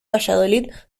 valladolid